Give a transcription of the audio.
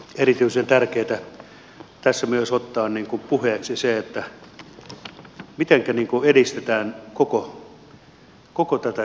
erityisen tärkeätä tässä on ottaa puheeksi se mitenkä edistetään tätä koko sektoria